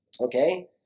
Okay